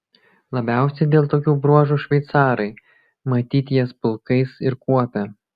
labiausiai dėl tokių bruožų šveicarai matyt jas pulkais ir kuopia